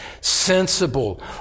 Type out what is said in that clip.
sensible